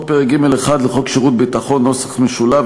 פרק ג'1 לחוק שירות ביטחון [נוסח משולב],